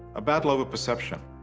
a battle over perception.